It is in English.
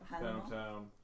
downtown